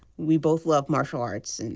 we both loved martial arts, and